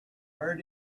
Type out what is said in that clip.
where